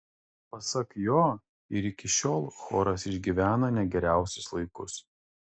pasak jo ir iki šiol choras išgyveno ne geriausius laikus